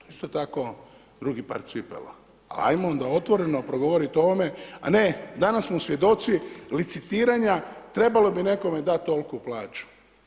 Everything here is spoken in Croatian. Isto tako, drugi par cipela ajmo onda otvoreno progovoriti o ovome, a ne danas smo svjedoci licitiranja trebalo bi nekome dati tolku plaću.